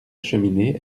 cheminée